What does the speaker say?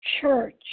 church